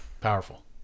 Powerful